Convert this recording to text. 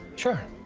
sure.